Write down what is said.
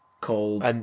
called